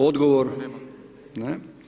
Odgovor? ... [[Upadica se ne čuje.]] Ne.